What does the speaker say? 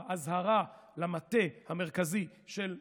ניתנה אזהרה למטה המרכזי של בריטניה,